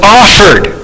offered